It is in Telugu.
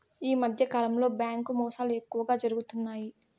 ఈ మధ్యకాలంలో బ్యాంకు మోసాలు ఎక్కువగా జరుగుతున్నాయి